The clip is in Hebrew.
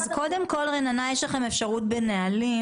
אז קודם כל, רננה, יש לכם אפשרות להוסיף בנהלים.